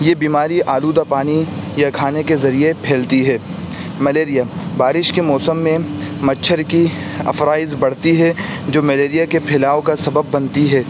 یہ بیماری آلودہ پانی یا کھانے کے ذریعے پھیلتی ہے ملیریا بارش کے موسم میں مچھر کی افرائش بڑھتی ہے جو ملیریا کے پھیلاؤ کا سبب بنتی ہے